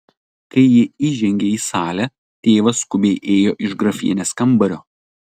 kai ji įžengė į salę tėvas skubiai ėjo iš grafienės kambario